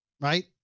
right